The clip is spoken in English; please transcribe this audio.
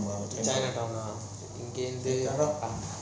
china town eh இங்கேந்து:ingenthu